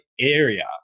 area